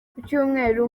kucyumweru